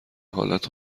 حالت